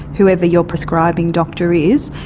whoever your prescribing doctor is,